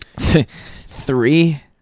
Three